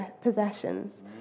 possessions